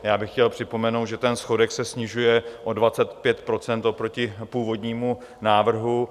Já bych chtěl připomenout, že ten schodek se snižuje o 25 % oproti původnímu návrhu.